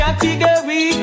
Category